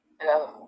hello